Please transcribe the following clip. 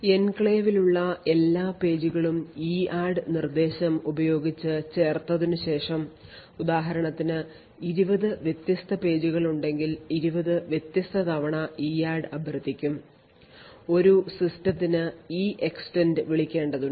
എൻക്ലേവിലുള്ള എല്ലാ പേജുകളും EADD നിർദ്ദേശം ഉപയോഗിച്ച് ചേർത്തതിനുശേഷം ഉദാഹരണത്തിന് 20 വ്യത്യസ്ത പേജുകളുണ്ടെങ്കിൽ 20 വ്യത്യസ്ത തവണ EADD അഭ്യർത്ഥിക്കും ഒരു സിസ്റ്റത്തിന് EEXTEND വിളിക്കേണ്ടതുണ്ട്